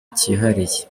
kihariye